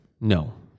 no